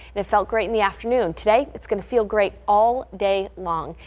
it felt great in the afternoon today it's going to feel great all day long.